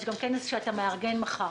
יש גם כנס שאתה מארגן מחר.